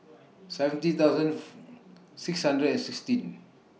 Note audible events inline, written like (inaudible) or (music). seventy thousand (noise) six hundred and sixteen